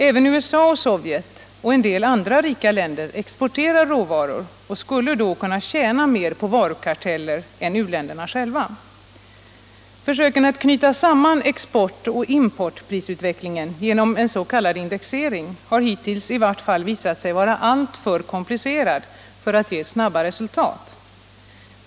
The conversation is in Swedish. Även USA och Sovjet och en del andra rika länder exporterar råvaror och skulle då kunna tjäna mer på varukarteller än u-länderna själva. Försöken att knyta samman export och importprisutvecklingen genom en s.k. indexering har i vart fall hittills visat sig vara alltför komplicerade för att ge snabba resultat.